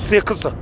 six